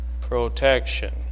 Protection